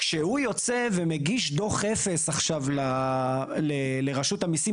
כשהוא יוצא ומגיש דו"ח אפס עכשיו לרשות המיסים,